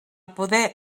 poder